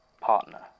partner